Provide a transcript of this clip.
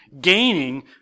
gaining